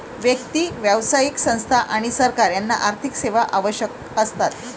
व्यक्ती, व्यावसायिक संस्था आणि सरकार यांना आर्थिक सेवा आवश्यक असतात